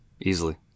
Easily